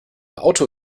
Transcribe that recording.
auto